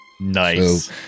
Nice